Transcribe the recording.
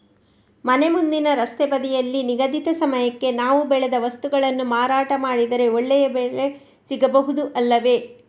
ಮನೆ ಮುಂದಿನ ರಸ್ತೆ ಬದಿಯಲ್ಲಿ ನಿಗದಿತ ಸಮಯಕ್ಕೆ ನಾವು ಬೆಳೆದ ವಸ್ತುಗಳನ್ನು ಮಾರಾಟ ಮಾಡಿದರೆ ಒಳ್ಳೆಯ ಬೆಲೆ ಸಿಗಬಹುದು ಅಲ್ಲವೇ?